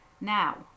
Now